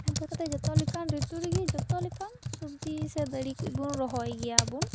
ᱤᱱᱠᱟ ᱠᱟᱛᱮᱫ ᱡᱚᱛᱚ ᱞᱮᱠᱟᱱ ᱨᱤᱛᱩ ᱨᱤᱜᱤ ᱡᱚᱛᱚ ᱞᱮᱠᱟᱱ ᱥᱚᱵᱡᱤ ᱥᱮ ᱫᱟᱹᱨᱤ ᱠᱩᱡ ᱵᱚᱱ ᱨᱚᱦᱚᱭ ᱜᱮᱭᱟᱵᱩᱱ